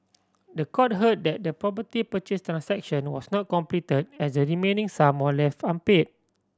the court heard that the property purchase transaction was not complete as the remaining sum were left unpaid